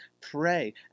Pray